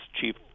chief